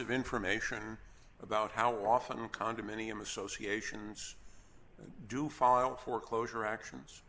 of information about how often condominium associations do fall on foreclosure actions